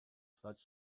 such